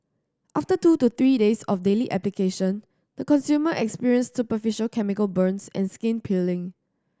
after two to three days of daily application the consumer experienced superficial chemical burns and skin peeling